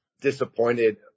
disappointed